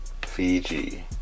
Fiji